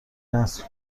نصب